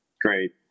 Great